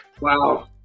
wow